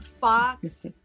Fox